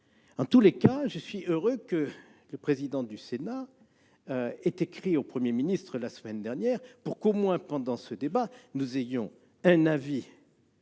En tout cas, je suis heureux que le président du Sénat ait écrit au Premier ministre, la semaine dernière, pour qu'au moins pendant ce débat nous ayons à notre